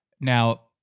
Now